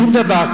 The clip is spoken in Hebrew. שום דבר,